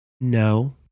No